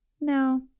No